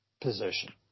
position